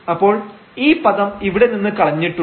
അപ്പോൾ ഈ പദം ഇവിടെ നിന്ന് കളഞ്ഞിട്ടുണ്ട്